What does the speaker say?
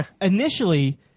initially